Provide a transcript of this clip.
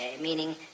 meaning